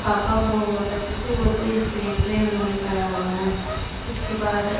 पापा और बुआ हुआ करते थे वे तो ये स्लेट में ही उन्होंने पढ़ा हुआ है उसके बाद